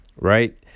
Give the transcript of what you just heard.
right